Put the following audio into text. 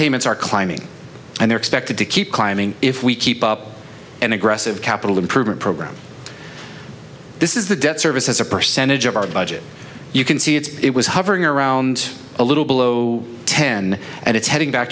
payments are climbing and they're expected to keep climbing if we keep up an aggressive capital improvement program this is the debt service as a percentage of our budget you can see it's it was hovering around a little below ten and it's heading back